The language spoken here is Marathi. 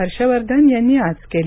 हर्षवर्धन यांनी आज केली